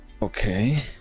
Okay